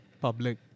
public